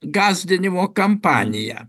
gąsdinimo kampanija